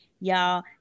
y'all